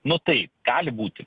nu taip gali būti